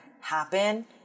happen